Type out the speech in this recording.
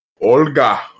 Olga